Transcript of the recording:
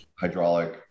Hydraulic